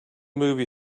movie